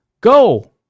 Go